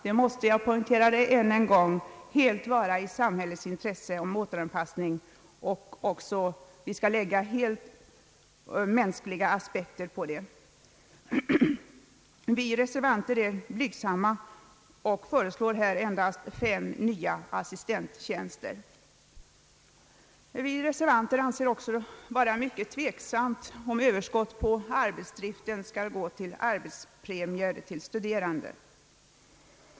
Detta måste — jag poängterar det än en gång — helt vara i linje med samhällets intresse för återanpassningen, och vi skall lägga helt mänskliga aspekter på det. Vi reservanter är blygsamma och föreslår endast fem nya assistenttjänster. Vi anser det också mycket tveksamt om överskott av arbetsdriften skall gå till arbetspremier för studerande.